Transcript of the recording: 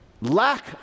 lack